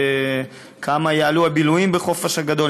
כמה יעלו הבילויים בחופש הגדול,